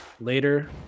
later